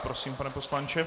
Prosím, pane poslanče.